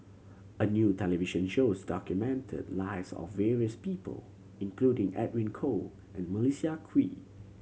a new television shows documented the lives of various people including Edwin Koo and Melissa Kwee